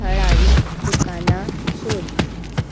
थळावीं दुकानां सोद